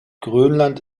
grönland